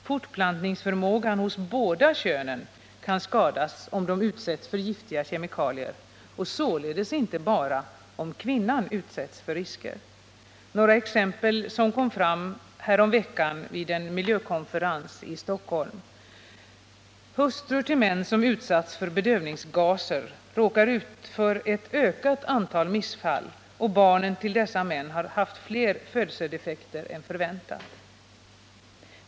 Fortplantningsförmågan hos båda könen kan skadas om de utsätts för giftiga kemikalier — således inte bara om kvinnan utsätts för risker. Jag kan nämna några exempel som kom fram härom veckan vid en miljökonferens i Stockholm. Hustrur till män som utsatts för bedövningsga ser råkar ut för ett ökat antal missfall, och barnen till dessa män har haft fler födelsedefekter än förväntat.